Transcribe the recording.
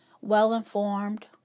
well-informed